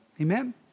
Amen